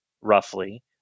roughly